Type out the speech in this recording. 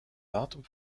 datum